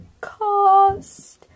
cost